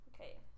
Okay